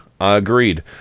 Agreed